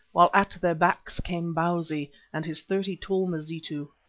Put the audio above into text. while at their backs came bausi and his thirty tall mazitu.